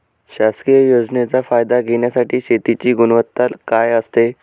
शासकीय योजनेचा फायदा घेण्यासाठी शेतीची गुणवत्ता काय असते?